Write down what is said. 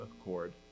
accord